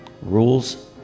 rules